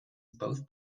both